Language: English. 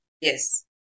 Yes